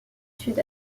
sud